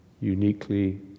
uniquely